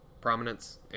prominence